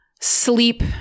sleep